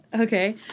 Okay